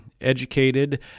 educated